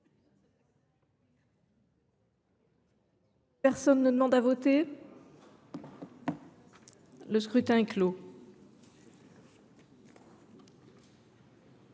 Personne ne demande plus à voter ?… Le scrutin est clos.